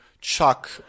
Chuck